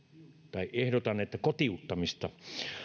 tai ehdotan että kotiuttamista